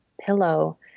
pillow